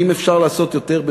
האם אפשר לעשות יותר?